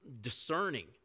discerning